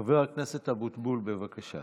חבר הכנסת אבוטבול, בבקשה.